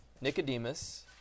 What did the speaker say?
Nicodemus